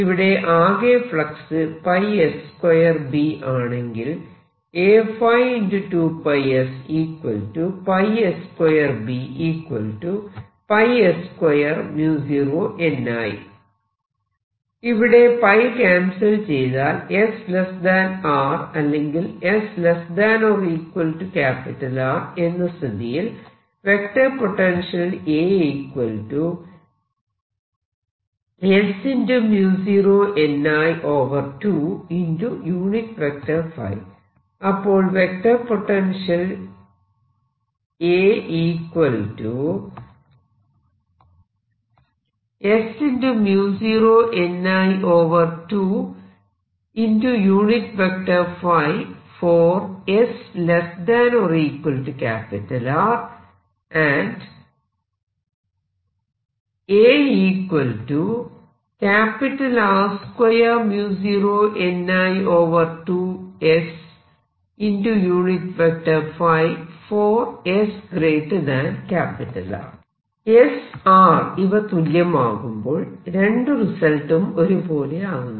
ഇവിടെ ആകെ flux s2 B ആണെങ്കിൽ ഇവിടെ ക്യാൻസൽ ചെയ്താൽ s R അല്ലെങ്കിൽ s ≤ R എന്ന സ്ഥിതിയിൽ വെക്റ്റർ പൊട്ടൻഷ്യൽ അപ്പോൾ വെക്റ്റർ പൊട്ടൻഷ്യൽ s R ഇവ തുല്യമാകുമ്പോൾ രണ്ടു റിസൾട്ടും ഒരുപോലെ ആകുന്നു